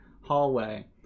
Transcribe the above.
hallway